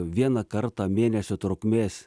vieną kartą mėnesio trukmės